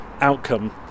outcome